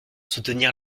soutenir